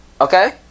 okay